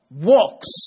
walks